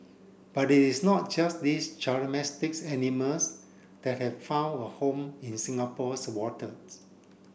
but it is not just these animals that have found a home in Singapore's waters